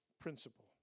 principle